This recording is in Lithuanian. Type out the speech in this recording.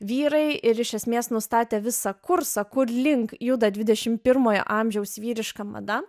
vyrai ir iš esmės nustatė visą kursą kur link juda dvidešim pirmojo amžiaus vyriška mada